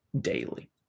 daily